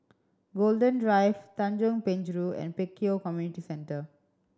Golden Drive Tanjong Penjuru and Pek Kio Community Centre